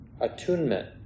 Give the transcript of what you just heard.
attunement